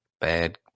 bad